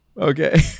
Okay